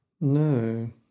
No